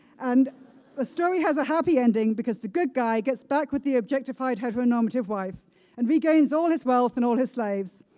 and story has a happy ending because the good guy gets back with the objectified heteronormative wife and regains all his wealth and all his slaves.